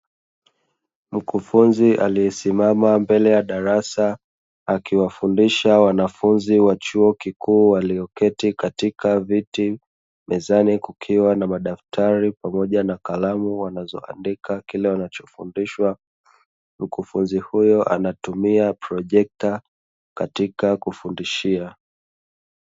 Mkufunzi aliyesimama mbele ya darasa, akiwafundisha wanafunzi wa chuo kikuu walioketi katika viti, mezani kukiwa na madaftari pamoja na kalamu wanazoandika kile wanachofundishwa, mkufunzi huyo anatumia projecta katika kufundishia.